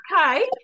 Okay